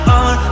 on